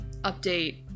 update